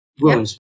wounds